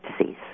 disease